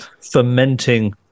fermenting